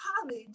college